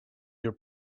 your